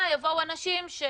ותוך כדי שימוש באנשים שמגיעים